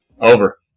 Over